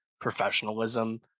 professionalism